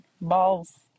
Balls